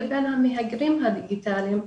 לבין המהגרים הדיגיטליים,